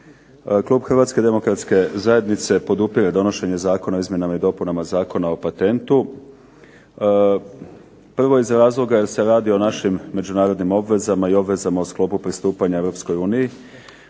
Klub HDZ-a podupire donošenje Zakona o izmjenama i dopunama Zakona o patentu. Prvo iz razloga jer se radi o našim međunarodnim obvezama i obvezama pristupanja EU.